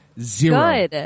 zero